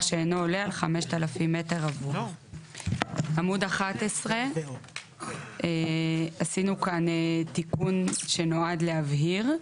שאינו עולה על 5,000 מ"ר" עמוד 11 עשינו כאן תיקון שנועד להבהיר,